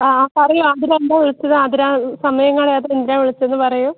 ആ പറയൂ ആതിര എന്തിനാണ് വിളിച്ചത് ആതിര സമയം കളയാതെ എന്തിനാണ് വിളിച്ചതെന്ന് പറയൂ